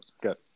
Good